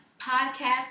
podcast